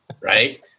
right